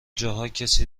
جاها، کسی